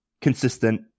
consistent